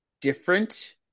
different